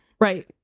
right